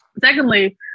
Secondly